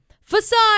facade